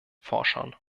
forschern